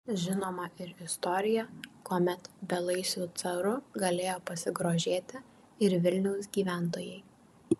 žinoma ir istorija kuomet belaisviu caru galėjo pasigrožėti ir vilniaus gyventojai